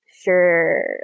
Sure